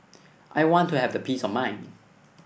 I want to have the peace of mind